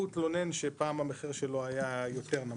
הוא התלונן שפעם המחיר שלו היה יותר נמוך.